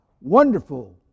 wonderful